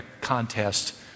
contest